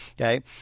Okay